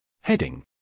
Heading